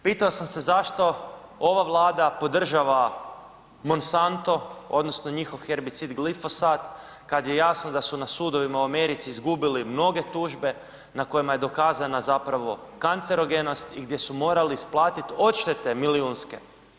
Pitao sam se zašto ova Vlada podržava Monsantno odnosno njihov herbicid glifosat kad je jasno da su na sudovima u Americi izgubili mnoge tužbe na kojima je dokazana zapravo kancerogenost i gdje su morali isplatiti odštete milijunske.